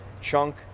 chunk